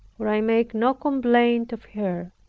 for i make no complaint of her,